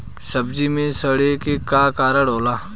सब्जी में सड़े के का कारण होला?